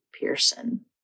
Pearson